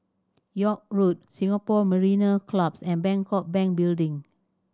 York Road Singapore Mariner Clubs and Bangkok Bank Building